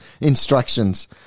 instructions